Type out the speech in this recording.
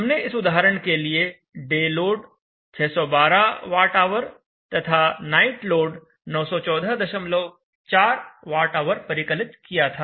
हमने इस उदाहरण के लिए डे लोड 612 Wh तथा नाइट लोड 9144 Wh परिकलित किया था